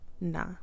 nah